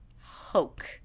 Hoke